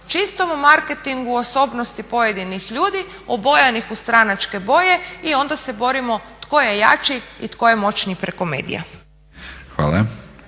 čistomu marketingu osobnosti pojedinih ljudi obojanih u stranačke boje i onda se borimo tko je jači i tko je moćniji preko medija.